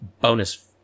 bonus